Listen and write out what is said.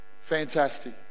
Fantastic